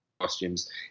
costumes